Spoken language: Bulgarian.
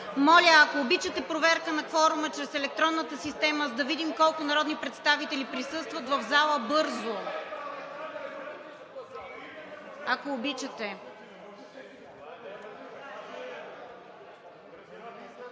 Моля, ако обичате, проверка на кворума чрез електронната система, за да видим колко народни представители присъстват в зала, бързо. (Силен